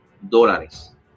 dólares